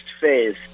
phase